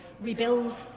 rebuild